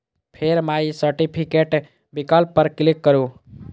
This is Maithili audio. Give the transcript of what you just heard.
फेर माइ सर्टिफिकेट विकल्प पर क्लिक करू